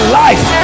life